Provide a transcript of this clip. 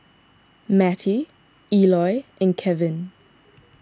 Mattie Eloy and Kelvin